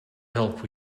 help